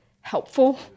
helpful